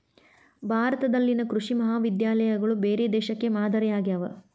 ಭಾರತದಲ್ಲಿನ ಕೃಷಿ ಮಹಾವಿದ್ಯಾಲಯಗಳು ಬೇರೆ ದೇಶಕ್ಕೆ ಮಾದರಿ ಆಗ್ಯಾವ